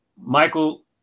Michael